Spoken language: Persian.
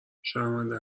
شرمنده